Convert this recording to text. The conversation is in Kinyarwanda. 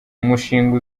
umushinga